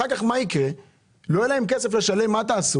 אחר כך מה שיקרא זה שלא יהיה להם כסף לשלם ואז מה תעשו?